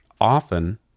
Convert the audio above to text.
often